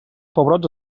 pebrots